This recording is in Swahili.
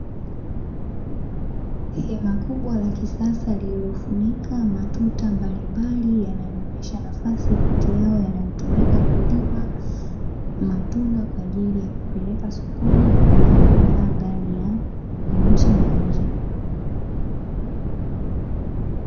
Hema kubwa la kisasa lililofunika matuta mbalimbali inayoacha nafasi ipitiayo inayotumika kulima matunda na kupeleka sokoni kuyauza ndani ya nchi na nje.